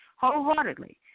wholeheartedly